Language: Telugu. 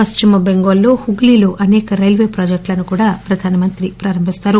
పశ్చిమబెంగాల్లోని హుగ్లీ లో అసేక రైల్వే ప్రాజెక్టులను కూడా ప్రధాన మంత్రి ప్రారంభిస్తారు